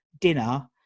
dinner